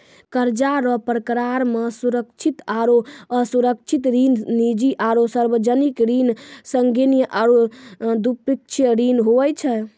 कर्जा रो परकार मे सुरक्षित आरो असुरक्षित ऋण, निजी आरो सार्बजनिक ऋण, संघीय आरू द्विपक्षीय ऋण हुवै छै